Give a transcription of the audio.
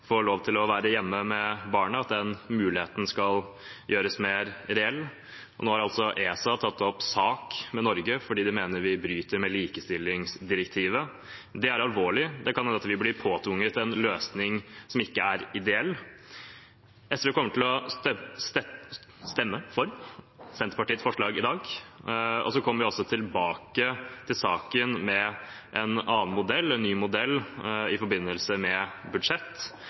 få lov til å være hjemme med barna. ESA har nå tatt saken til EFTA-domstolen, fordi de mener at Norge bryter med likestillingsdirektivet. Det er alvorlig. Det kan hende vi blir påtvunget en løsning som ikke er ideell. SV kommer til å stemme for Senterpartiets forslag i dag. Vi kommer også tilbake til denne saken med en annen, ny modell i forbindelse med budsjett,